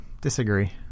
disagree